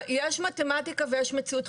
יש מתמטיקה ויש מציאות,